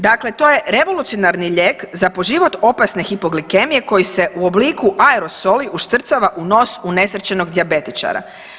Dakle, to je revolucionarni lijek za po život opasne hipoglikemije koji se u obliku aerosoli uštrcava u nos unesrećenog dijabetičara.